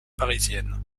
parisienne